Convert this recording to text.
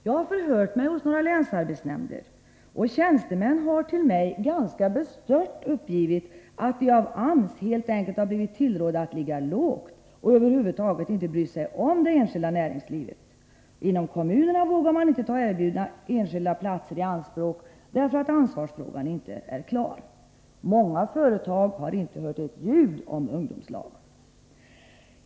Jag har förhört mig hos några länsarbetsnämnder, och tjänstemän har till mig på ett ganska bestört sätt uppgivit att de av AMS helt enkelt har blivit tillrådda att ligga lågt och över huvud taget inte bry sig om det enskilda näringslivet. Inom kommunerna vågar man inte ta erbjudna enskilda platser i anspråk, därför att ansvarsfrågan inte är klar. Många företag har inte hört ett ljud om ungdomslag.